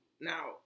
Now